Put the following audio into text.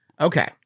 Okay